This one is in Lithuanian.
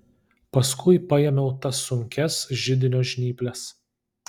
paskui paėmiau tas sunkias židinio žnyples